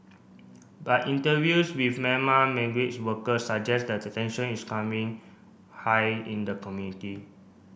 but interviews with Myanmar workers suggest that tension is timing high in the community